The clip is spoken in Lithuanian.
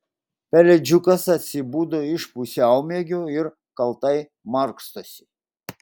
pelėdžiukas atsibudo iš pusiaumiegio ir kaltai markstosi